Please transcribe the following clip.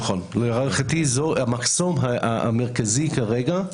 נכון, להערכתי זה המחסום המרכזי כרגע.